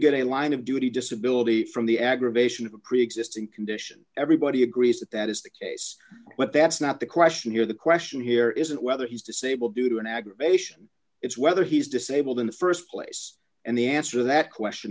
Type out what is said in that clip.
a line of duty disability from the aggravation of a preexisting condition everybody agrees that that is the case but that's not the question here the question here isn't whether he's disabled due to an aggravation it's whether he's disabled in the st place and the answer that question